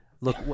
Look